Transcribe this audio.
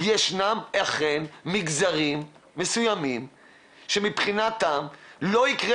ישנם אכן מגזרים מסוימים שמבחינתם לא יקרה